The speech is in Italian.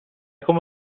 come